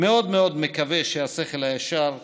מאוד מקווה שהשכל הישר יגבר,